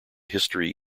history